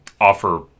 offer